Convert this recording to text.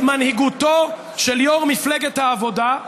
את מנהיגותו של יו"ר מפלגת העבודה,